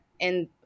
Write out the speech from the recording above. and-